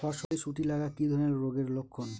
ফসলে শুটি লাগা কি ধরনের রোগের লক্ষণ?